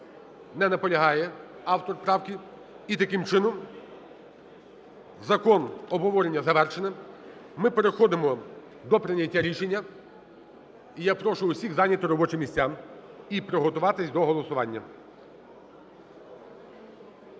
Не наполягає автор правки. І, таким чином, закон… обговорення завершене. Ми переходимо до прийняття рішення. І я прошу усіх зайняти робочі місця і приготуватись до голосування.